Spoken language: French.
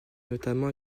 notamment